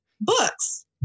books